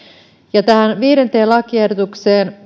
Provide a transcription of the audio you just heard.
ja viidennen lakiehdotuksen